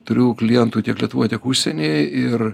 turiu klientų tiek lietuvoj tiek užsieny ir